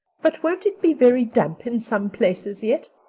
but won't it be very damp in some places yet?